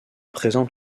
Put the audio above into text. présente